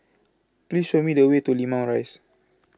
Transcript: Please Show Me The Way to Limau Rise